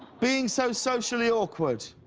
being so socially awkward.